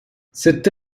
cette